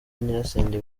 nyirasenge